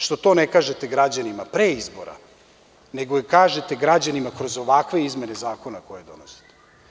Što to ne kažete građanima pre izbora, nego kažete građanima kroz ovakve izmene zakona koje donosite?